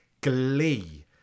glee